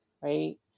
Right